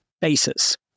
basis